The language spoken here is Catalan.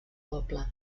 poble